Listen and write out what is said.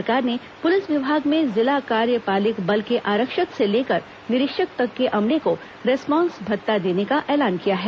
सरकार ने पुलिस विभाग में जिला कार्य पालिक बल के आरक्षक से लेकर निरीक्षक तक के अमले को रिस्पॉन्स भत्ता देने का ऐलान किया है